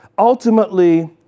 Ultimately